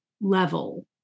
level